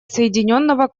соединенного